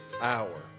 hour